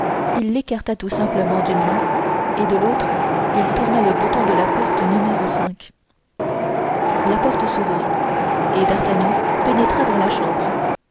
il l'écarta tout simplement d'une main et de l'autre il tourna le bouton de la porte n la porte s'ouvrit et d'artagnan pénétra dans la chambre